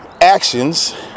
actions